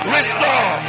Restore